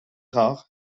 rare